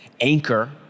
Anchor